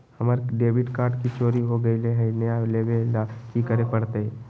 हमर debit card चोरी हो गेले हई, नया लेवे ल की करे पड़तई?